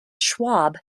schwab